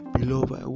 Beloved